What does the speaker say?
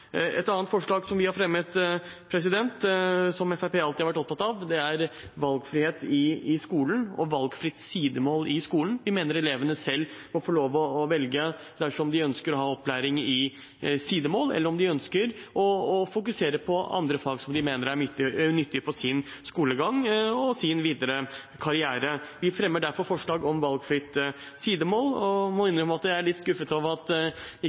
Et annet forslag som vi har fremmet, og som Fremskrittspartiet alltid har vært opptatt av, er valgfrihet i skolen og valgfritt sidemål i skolen. Vi mener elevene selv må få lov til å velge om de ønsker å ha opplæring i sidemål, eller om de ønsker å fokusere på andre fag som de mener er nyttige for sin skolegang og sin videre karriere. Vi fremmer derfor forslag om valgfritt sidemål. Jeg må innrømme at jeg er litt skuffet over at ikke